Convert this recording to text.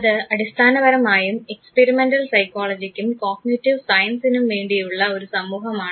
അത് അടിസ്ഥാനപരമായും എക്സ്പീരിമെൻറൽ സൈക്കോളജിക്കും കോഗ്നെറ്റീവ് സയൻസിനും വേണ്ടിയുള്ള ഒരു സമൂഹമാണ്